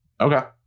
Okay